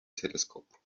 telescope